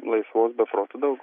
laisvos be proto daug